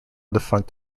defunct